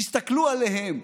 תסתכלו עליהם.